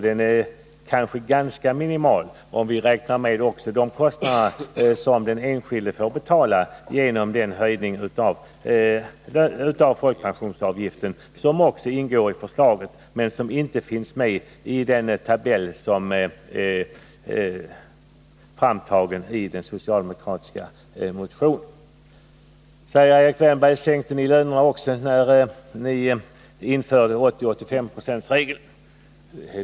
Den är ganska minimal om vi också räknar med de kostnader den enskilde får betala genom den höjning av folkpensionsavgiften som även ingår i förslaget men som inte finns med i den tabell som är framtagen i den socialdemokra Nr 54 tiska motionen. Erik Wärnberg säger: Sänkte ni lönerna också när ni införde 80-85 procentsregeln?